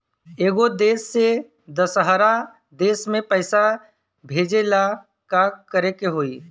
एगो देश से दशहरा देश मे पैसा भेजे ला का करेके होई?